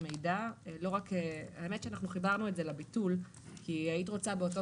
אנחנו חיברנו את זה לביטול כי היית רוצה באותו